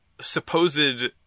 supposed